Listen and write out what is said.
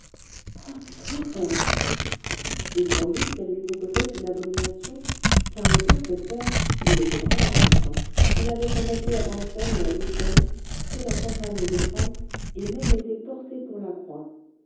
ah c'est trop fort et sans doute qu'elle lui proposait une abomination car le percepteur il était brave pourtant il avait combattu à bautzen et à lutzen fait la campagne de france et même été porté pour la croix